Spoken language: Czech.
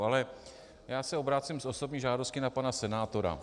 Ale já se obracím s osobní žádostí na pana senátora.